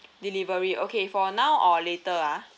delivery okay for now or later ah